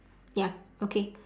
ya okay